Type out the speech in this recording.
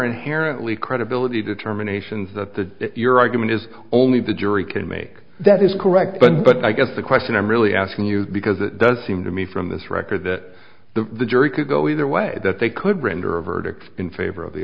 inherently credibility determinations that the your argument is only the jury can make that is correct but but i guess the question i'm really asking you because it does seem to me from this record that the jury could go either way that they could render a verdict in favor of the